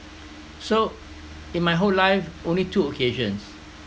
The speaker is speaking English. so in my whole life only two occasions